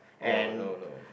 oh no no no